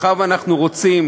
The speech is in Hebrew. מאחר שאנחנו רוצים,